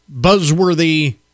buzzworthy